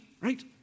right